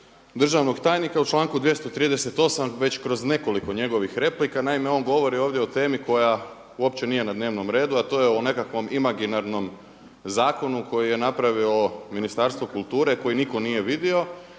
državnog tajnika, u članku 238. već kroz nekoliko njegovih replika. Naime, on govori ovdje o temi koja uopće nije na dnevnom redu a to je o nekakvom imaginarnom zakonu koji je napravilo Ministarstvo kulture koji nitko nije vidio